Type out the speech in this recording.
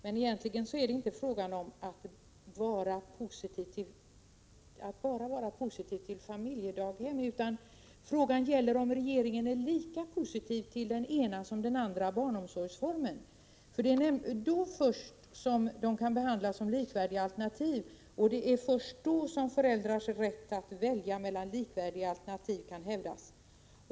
Men egentligen är det inte bara fråga om att vara positiv till familjedaghem, utan frågan gäller om regeringen är lika positiv till den ena barnomsorgsformen som till den andra. Det är först om så är fallet som dessa kan behandlas som likvärdiga alternativ och som föräldrars rätt att välja mellan likvärdiga alternativ kan hävdas.